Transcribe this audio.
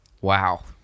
wow